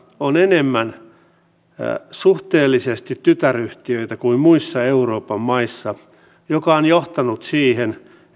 on suhteellisesti enemmän tytäryhtiöitä kuin muissa euroopan maissa mikä on johtanut siihen